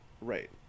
right